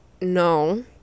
no